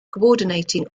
coordinating